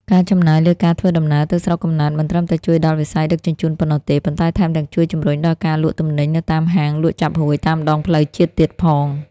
ការចំណាយលើការធ្វើដំណើរទៅស្រុកកំណើតមិនត្រឹមតែជួយដល់វិស័យដឹកជញ្ជូនប៉ុណ្ណោះទេ ប៉ុន្តែថែមទាំងជួយជំរុញដល់ការលក់ទំនិញនៅតាមហាងលក់ចាប់ហួយតាមដងផ្លូវជាតិទៀតផង។